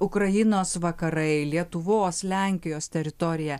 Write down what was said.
ukrainos vakarai lietuvos lenkijos teritorija